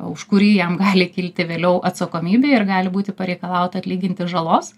už kurį jam gali kilti vėliau atsakomybė ir gali būti pareikalauta atlyginti žalos